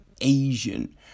Asian